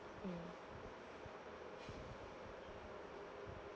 mm